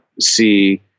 see